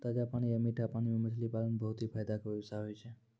ताजा पानी या मीठा पानी मॅ मछली पालन बहुत हीं फायदा के व्यवसाय होय छै